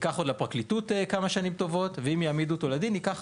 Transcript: ייקח עוד לפרקליטות כמה שנים טובות; ואם יעמידו אותו לדין ייקח